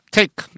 Take